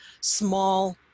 small